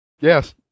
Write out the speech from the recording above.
Yes